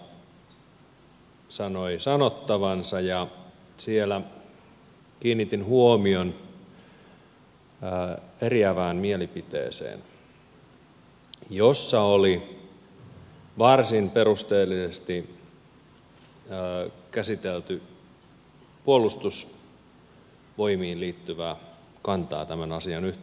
puolustusvaliokunta sanoi sanottavansa ja siellä kiinnitin huomion eriävään mielipiteeseen jossa oli varsin perusteellisesti käsitelty puolustusvoimiin liittyvää kantaa tämän asian yhteydessä